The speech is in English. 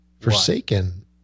Forsaken